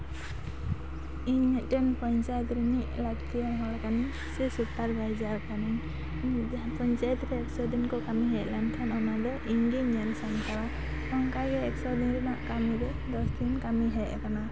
ᱤᱧ ᱢᱤᱫᱴᱮᱱ ᱯᱚᱧᱪᱟᱭᱮᱛ ᱨᱤᱱᱤᱡ ᱞᱟᱹᱠᱛᱤᱭᱟᱱ ᱦᱚᱲ ᱠᱟᱱᱤᱧ ᱥᱮ ᱥᱩᱯᱟᱨ ᱵᱷᱟᱭᱡᱟᱨ ᱠᱟᱱᱤᱧ ᱡᱟᱦᱟᱸ ᱯᱚᱧᱪᱟᱭᱮᱛ ᱨᱮ ᱮᱠᱥᱚ ᱫᱤᱱ ᱠᱚ ᱠᱟᱹᱢᱤ ᱦᱩᱭᱩᱜ ᱠᱟᱱ ᱛᱟᱦᱮᱫ ᱚᱱᱟ ᱫᱚ ᱤᱧ ᱜᱤᱧ ᱧᱮᱞ ᱥᱟᱢᱴᱟᱣᱟ ᱚᱝᱠᱟ ᱜᱮ ᱮᱠᱥ ᱚᱫᱤᱱ ᱨᱮᱱᱟᱜ ᱠᱟᱹᱢᱤ ᱫᱚ ᱫᱚᱥ ᱫᱤᱱ ᱠᱟᱹᱢᱤ ᱦᱮᱡ ᱟᱠᱟᱱᱟ